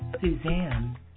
Suzanne